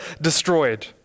Destroyed